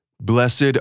Blessed